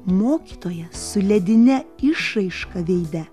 mokytoja su ledine išraiška veide